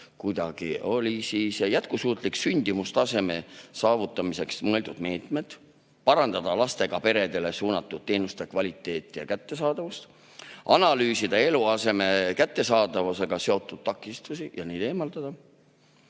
kuidagi? Olid jätkusuutliku sündimustaseme saavutamiseks mõeldud meetmed – tuleb parandada lastega peredele suunatud teenuste kvaliteeti ja kättesaadavust, analüüsida eluaseme kättesaadavusega seotud takistusi ja neid eemaldada,